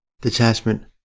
detachment